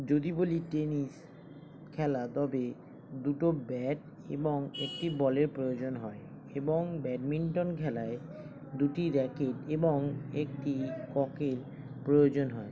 যদি বলি টেনিস খেলা তবে দুটো ব্যাট এবং একটি বলের প্রয়োজন হয় এবং ব্যাডমিন্টন খেলায় দুটি র্যাকেট এবং একটি ককের প্রয়োজন হয়